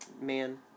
Man